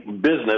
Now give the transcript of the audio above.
business